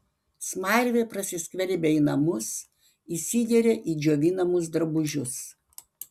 smarvė prasiskverbia į namus įsigeria į džiovinamus drabužius